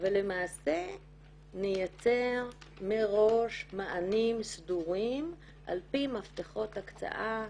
ולמעשה נייצר מראש מענים סדורים על פי מפתחות הקצאה סדורים,